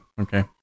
okay